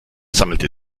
sammelte